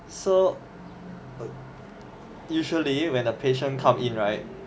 so usually when a patient come in right